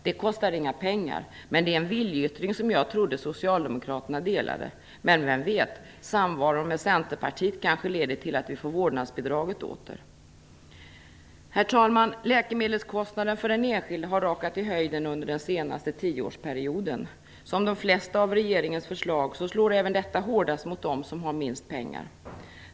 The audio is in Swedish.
Det kostar inget, men det är en viljeyttring som jag trodde Socialdemokraterna delade med oss. Men vem vet - samvaron med Centerpartiet kanske leder till att vi får vårdnadsbidraget åter. Herr talman! Läkemedelskostnaderna för den enskilde har rakat i höjden under den senaste 10 årsperioden. Som de flesta av regeringens förslag slår även detta hårdast mot dem som har minst pengar.